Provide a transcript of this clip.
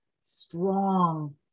strong